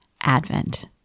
Advent